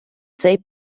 цей